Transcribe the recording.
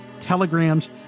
telegrams